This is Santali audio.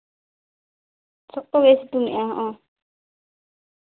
ᱥᱚᱠᱛᱚ ᱜᱮ ᱥᱮᱛᱳᱝ ᱮᱜᱼᱟ ᱦᱚᱜᱼᱚᱸᱭ